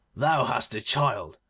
thou hast the child,